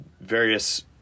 various